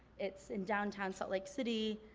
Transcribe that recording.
it's in downtown salt lake city.